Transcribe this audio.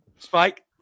Spike